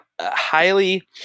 highly